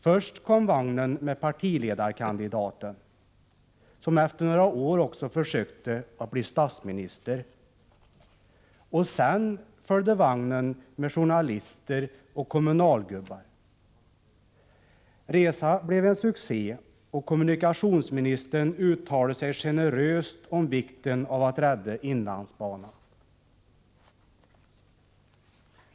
Först kom vagnen med partiledarkandidaten som efter några år också försökte bli statsminister, och sedan följde vagnen med journalister och kommunalgubbar. Resan blev en succé, och kommunikationsministern uttalade sig generöst om vikten av att rädda inlandsbanan.